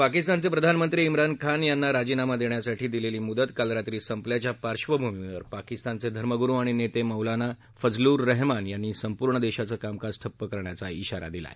पाकिस्तानचे प्रधानमंत्री श्रान खान यांना राजीनामा देण्यासाठी दिलेली मुदत काल रात्री संपल्याच्या पार्क्षभूमीवर पाकिस्तानचे धर्मगुरु आणि नेते मोलाना फजलुर रहमान यांनी संपूर्ण देशांच कामकाज ठप्प करण्याचा विषारा दिला आहे